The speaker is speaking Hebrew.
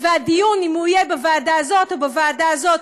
והדיון אם הוא יהיה בוועדה הזאת או בוועדה הזאת,